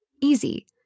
Easy